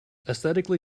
aesthetically